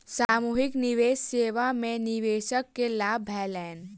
सामूहिक निवेश सेवा में निवेशक के लाभ भेलैन